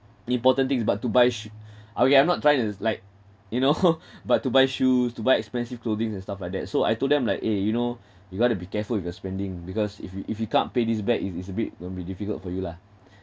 important things but to buy sh~ okay I'm not trying it's like you know but to buy shoes to buy expensive clothing and stuff like that so I told them like eh you know you got to be careful with your spending because if you if you can't pay this back it's it's a bit will be difficult for you lah